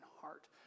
heart